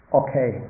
okay